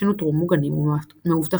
שנותרו מוגנים ומאובטחים.